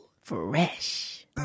fresh